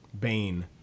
Bane